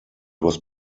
was